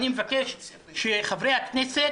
אני מבקש שחברי הכנסת